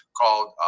called